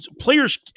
players